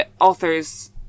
Authors